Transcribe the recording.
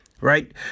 right